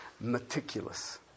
meticulous